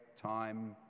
time